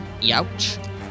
Yowch